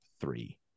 three